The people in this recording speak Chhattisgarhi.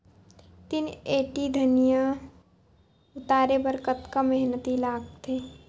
तीन एम.टी धनिया उतारे बर कतका मेहनती लागथे?